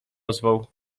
ozwał